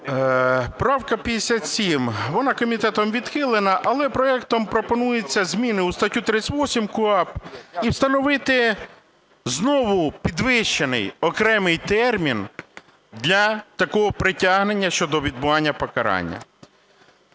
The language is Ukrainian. Правка 57. Вона комітетом відхилена, але проектом пропонуються зміни в статтю 38 КУпАП і встановити знову підвищений окремий термін для такого притягнення щодо відбування покарання.